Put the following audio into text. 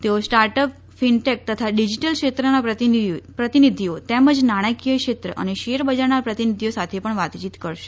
તેઓ startup fintech તથા digital ક્ષેત્રના પ્રતિનિધિઓ તેમજ નાણાંકીય ક્ષેત્ર અને શેરબજારના પ્રતિનિધિઓ સાથે પણ વાતચીત કરશે